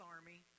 Army